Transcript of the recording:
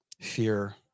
Fear